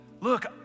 look